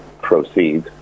proceed